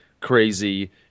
crazy